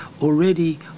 already